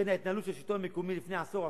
בין ההתנהלות של השלטון המקומי לפני עשור,